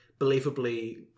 believably